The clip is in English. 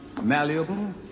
malleable